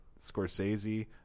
Scorsese